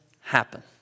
happen